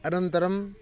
अनन्तरं